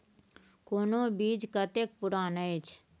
कोनो बीज कतेक पुरान अछि?